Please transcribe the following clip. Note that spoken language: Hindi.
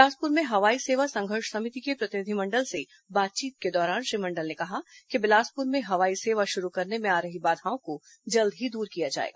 बिलासपुर में हवाई सेवा संघर्ष समिति के प्रतिनिधिमंडल से बातचीत के दौरान श्री मंडल ने कहा कि बिलासपुर में हवाई सेवा शुरू करने में आ रही बाधाओं को जल्द ही दूर किया जाएगा